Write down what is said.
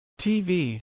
TV